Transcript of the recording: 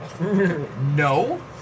No